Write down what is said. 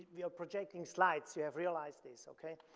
we are projecting slides, you have realized this, okay?